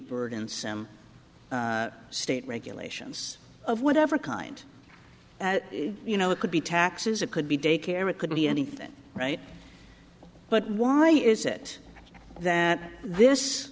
burdensome state regulations of whatever kind you know it could be taxes it could be daycare it could be anything right but why is it that this